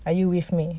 are you with me